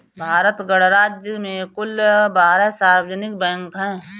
भारत गणराज्य में कुल बारह सार्वजनिक बैंक हैं